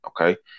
Okay